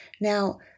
Now